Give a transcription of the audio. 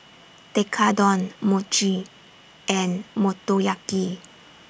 Tekkadon Mochi and Motoyaki